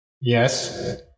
Yes